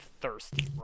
thirsty